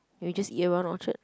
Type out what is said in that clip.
we just eat around Orchard